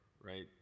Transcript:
right